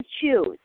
choose